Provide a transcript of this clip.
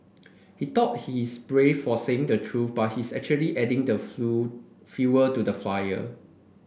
he thought he is brave for saying the truth but he's actually adding the fuel to the fire